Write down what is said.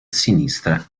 sinistra